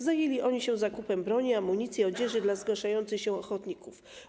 Zajęli się oni zakupem broni, amunicji i odzieży dla zgłaszających się ochotników.